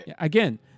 again